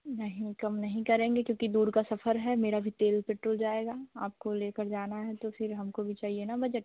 नहीं कम नहीं करेंगे क्योंकि दूर का सफर है मेरा भी तेल पेट्रोल जाएगा आपको लेकर जाना है तो फिर हमको भी चाहिए न बजट